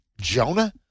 Jonah